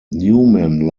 newman